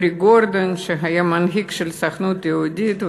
שהיה מנהיג של הסוכנות היהודית,